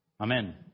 Amen